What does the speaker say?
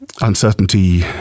Uncertainty